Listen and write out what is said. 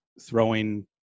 throwing